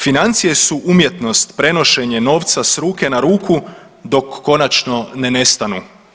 Financije su umjetnost prenošenje novca s ruke na ruku dok konačno ne nestanu.